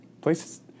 Places